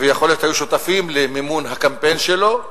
ויכול להיות שהיו שותפים למימון הקמפיין שלו,